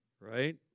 right